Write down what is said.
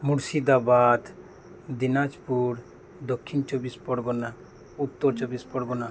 Murshidabad Dinajpur Dakshin Chabbis Pargana Uttar Chabbis Pargana